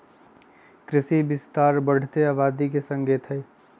कृषि विस्तार बढ़ते आबादी के संकेत हई